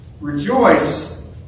Rejoice